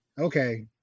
Okay